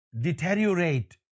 deteriorate